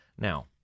Now